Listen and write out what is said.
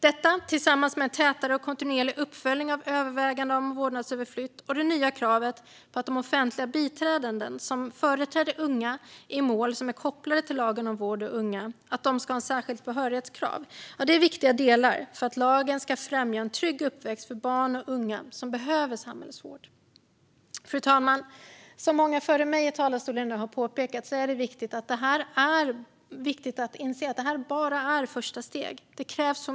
Detta ska ske tillsammans med en tätare och kontinuerlig uppföljning av överväganden om vårdnadsöverflyttning och det nya kravet på särskild behörighet för de offentliga biträden som företräder unga i mål kopplade till lagen om vård av unga. Detta är viktiga delar för att lagen ska främja en trygg uppväxt för de barn och unga som behöver samhällsvård. Fru talman! Som många före mig har påpekat från talarstolen är det viktigt att inse att det här bara är ett första steg.